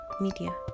media